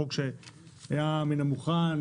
זה חוק שהיה מן המוכן,